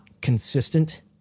consistent